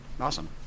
awesome